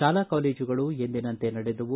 ಶಾಲಾ ಕಾಲೇಜುಗಳು ಎಂದಿನಂತೆ ನಡೆದವು